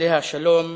עליה השלום,